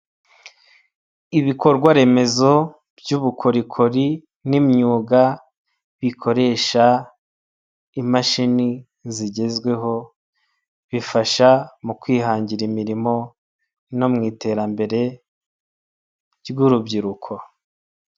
Ibikorwaremezo by'ubukorikori n'imyuga bikoresha imashini zigezweho bifasha mu kwihangira imirimo no mu iterambere ry'urubyiruko.